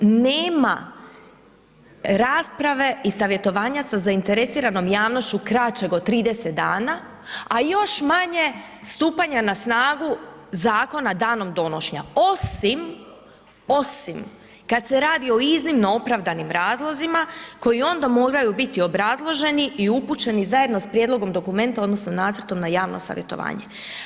Nema rasprave i savjetovanja sa zainteresiranom javnošću kraćeg od 30 dana, a još manje stupanja na snagu zakona danom donošenja, osim kada se radi o iznimno opravdanim razlozima koji onda moraju biti obrazloženi i upućeni zajedno s prijedlogom dokumenta odnosno nacrtom na javno savjetovanje.